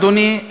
אדוני,